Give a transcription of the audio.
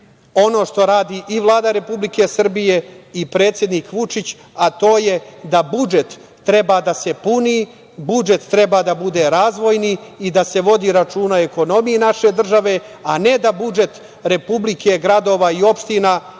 ono što radi Vlada Republike Srbije i predsednik Vučić, a to je da budžet treba da se puni, budžet treba da bude razvojni i da se vodi računa o ekonomiji naše države, a ne da budžet Republike, gradova i opština kao